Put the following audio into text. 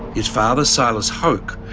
his father, silas hoke,